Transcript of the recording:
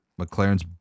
McLaren's